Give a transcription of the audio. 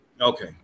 Okay